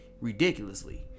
ridiculously